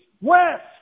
west